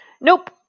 Nope